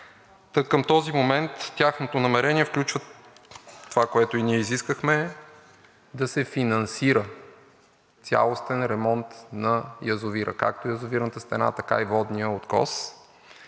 Към този момент тяхното намерение включва това, което и ние изискахме, да се финансира цялостен ремонт на язовира – както на язовирната стена, така и на водния откос.